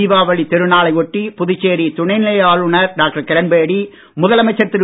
தீபாவளி திருநாளை ஒட்டி புதுச்சேரி துணைநிலை ஆளுநர் டாக்டர் கிரண்பேடி முதலமைச்சர் திரு